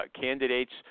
candidates